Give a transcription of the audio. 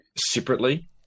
separately